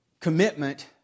commitment